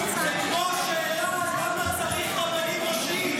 זה כמו השאלה למה צריך רבנים ראשיים.